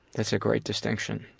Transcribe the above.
that's a great distinction.